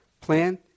plan